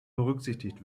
berücksichtigt